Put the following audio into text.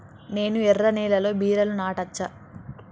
నేను ఎర్ర నేలలో బీరలు నాటచ్చా?